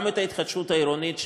גם את ההתחדשות העירונית,